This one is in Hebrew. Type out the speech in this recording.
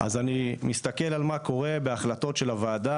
אז אני מסתכל על מה קורה בהחלטות של הועדה,